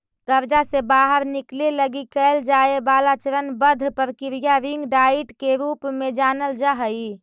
कर्जा से बाहर निकले लगी कैल जाए वाला चरणबद्ध प्रक्रिया रिंग डाइट के रूप में जानल जा हई